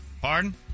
Pardon